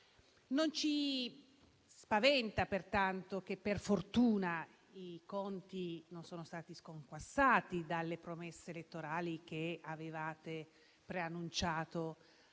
Non ci spaventa, pertanto, che per fortuna i conti non sono stati sconquassati dalle promesse elettorali che avevate preannunciato ai